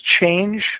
change